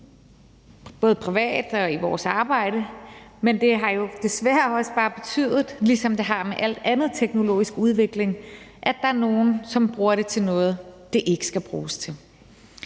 både privat og i vores arbejde, men det har jo desværre også bare betydet, ligesom det har med al anden teknologisk udvikling, at der er nogle, som bruger det til noget, det ikke skal bruges til.